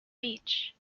beach